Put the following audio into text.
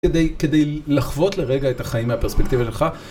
כדי... כדי לחוות לרגע את החיים מהפרספקטיבה שלך.